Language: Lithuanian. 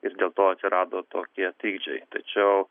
ir dėl to atsirado tokie trikdžiai tačiau